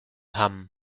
ham